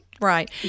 Right